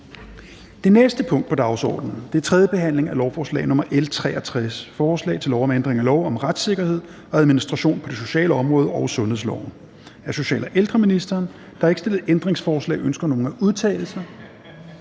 Det næste punkt på dagsordenen er: 27) 3. behandling af lovforslag nr. L 63: Forslag til lov om ændring af lov om retssikkerhed og administration på det sociale område og sundhedsloven. (Udveksling af visse oplysninger mellem kommuner og sundhedssektoren for at sikre